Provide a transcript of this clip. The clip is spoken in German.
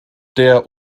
der